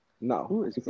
No